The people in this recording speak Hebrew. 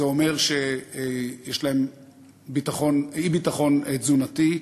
זה אומר שיש להם אי-ביטחון תזונתי,